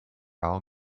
all